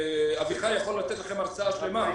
אביחי יכול לתת לכם הרצאה שלמה.